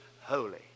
holy